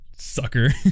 Sucker